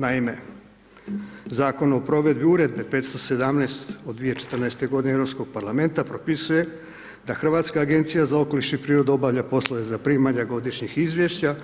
Naime, Zakon o provedbi Uredbe 517. od 2014. godine Europskog parlamenta, propisuje da Hrvatska agencija za okoliš i prirodu obavlja poslove zaprimanja godišnjih izvješća